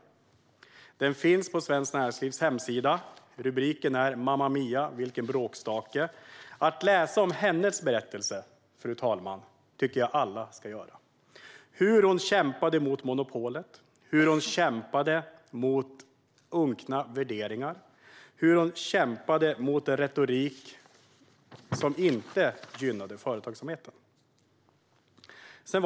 Artikeln finns på Svenskt Näringslivs hemsida. Rubriken är: Mama Mia, vilken bråkstake! Fru talman! Jag tycker att alla ska läsa om hennes berättelse, om hur hon kämpade mot monopolet, om hur hon kämpade mot unkna värderingar och om hur hon kämpade mot en retorik som inte gynnade företagsamheten.